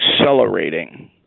accelerating